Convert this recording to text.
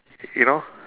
you know